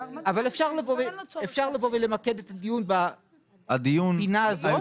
אפשר לבוא ולמקד את הדיון בפינה הזאת,